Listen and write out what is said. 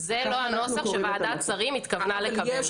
זה לא הנוסח שוועדת השרים התכוונה לקבל.